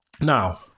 Now